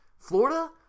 Florida